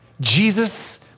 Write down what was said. Jesus